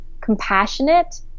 compassionate